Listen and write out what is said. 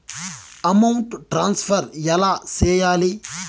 amount transfer ఎలా సేయాలి